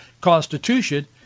Constitution